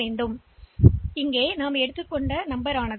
எனவே இது நாம் விரும்பும் விஷயம்